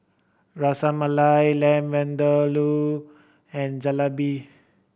Ras Malai Lamb Vindaloo and Jalebi